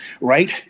right